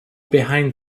behind